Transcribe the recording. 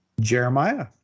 Jeremiah